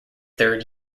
third